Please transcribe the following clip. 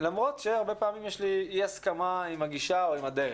למרות שהרבה פעמים יש לי אי הסכמה עם הגישה או עם הדרך.